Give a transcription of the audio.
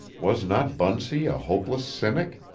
was not bunsey a hopeless cynic,